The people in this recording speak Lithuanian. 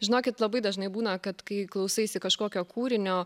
žinokit labai dažnai būna kad kai klausaisi kažkokio kūrinio